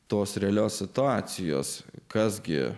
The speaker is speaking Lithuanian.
tos realios situacijos kas gi